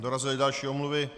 Dorazily další omluvy.